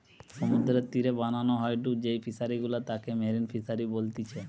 সমুদ্রের তীরে বানানো হয়ঢু যেই ফিশারি গুলা তাকে মেরিন ফিসারী বলতিচ্ছে